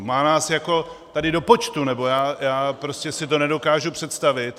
Má nás jako tady do počtu, nebo já prostě si to nedokážu představit.